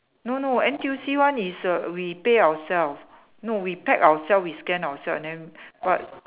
no no N_T_U_C one is err we pay ourself no we pack ourself we scan ourself and then but